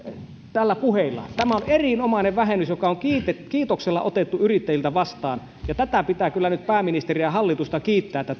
näillä puheilla tämä on erinomainen vähennys jonka ovat kiitoksella ottaneet yrittäjät vastaan ja tästä pitää kyllä nyt pääministeriä ja hallitusta kiittää että